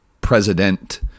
president